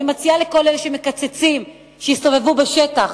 אני מציעה לכל אלה שמקצצים שיסתובבו בשטח